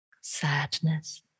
sadness